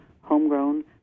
homegrown